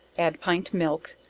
add pint milk,